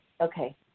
okay